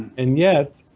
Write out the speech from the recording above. and yet,